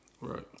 right